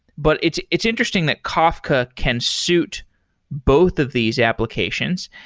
but it's it's interesting that kafka can suit both of these applications.